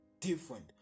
different